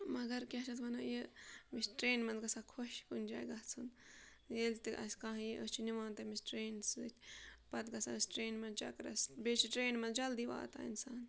مگر کیٛاہ چھِ اَتھ وَنان یہِ مےٚ چھِ ٹرٛینہِ منٛز گژھان خۄش کُنہِ جاے گژھُن ییٚلہِ تہِ اَسہِ کانٛہہ یی أسۍ چھِ نِوان تٔمِس ٹرٛینہِ سۭتۍ پَتہٕ گژھان أسۍ ٹرٛینہِ منٛز چَکرَس بیٚیہِ چھِ ٹرٛینہِ منٛز جلدی واتان اِنسان